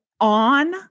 on